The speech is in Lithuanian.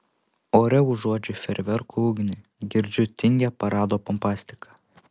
ore užuodžiu fejerverkų ugnį girdžiu tingią parado pompastiką